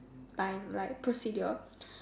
time like procedure